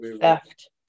theft